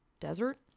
desert